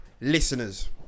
listeners